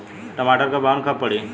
टमाटर क बहन कब पड़ी?